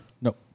Nope